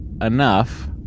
enough